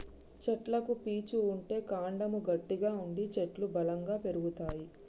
చెట్లకు పీచు ఉంటే కాండము గట్టిగా ఉండి చెట్లు బలంగా పెరుగుతాయి